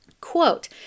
Quote